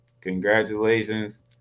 Congratulations